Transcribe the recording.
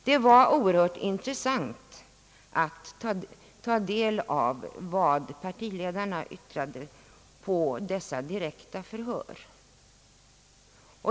Det var oerhört intressant att tal del av vad partiledarna yttrade vid dessa direkta förhör.